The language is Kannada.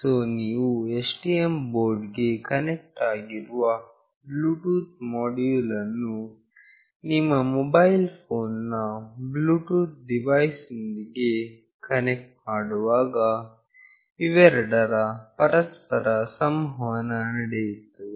ಸೊ ನೀವು STM ಬೋರ್ಡ್ ಗೆ ಕನೆಕ್ಟ್ ಆಗಿರುವ ಬ್ಲೂಟೂತ್ ಮೋಡ್ಯುಲ್ ಅನ್ನು ನಿಮ್ಮ ಮೊಬೈಲ್ ಫೋನ್ ನ ಬ್ಲೂಟೂತ್ ಡಿವೈಸ್ ನೊಂದಿಗೆ ಕನೆಕ್ಟ್ ಮಾಡುವಾಗ ಇವೆರಡು ಪರಸ್ಪರ ಸಂವಹನ ನಡೆಸುತ್ತದೆ